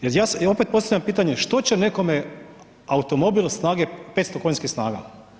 Jer ja opet postavljam pitanje što će nekome automobil snage 500 konjskih snaga?